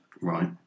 Right